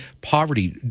poverty